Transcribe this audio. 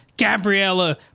Gabriella